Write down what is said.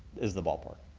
is the ballpark.